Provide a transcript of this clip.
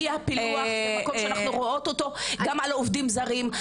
אי הפילוח במקום שאנחנו רואות אותו גם על עובדים זרים,